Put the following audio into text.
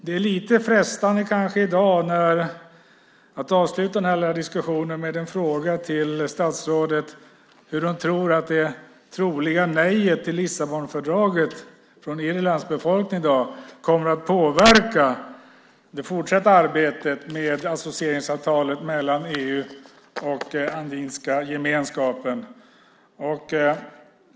Det är kanske lite frestande att avsluta den här lilla diskussionen i dag med en fråga till statsrådet om hur hon tror att det troliga nej:et till Lissabonfördraget från Irlands befolkning kommer att påverka det fortsatta arbetet med associeringsavtalet mellan EU och Andinska gemenskapen.